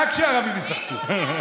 שרק הערבים ישחקו.